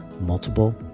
multiple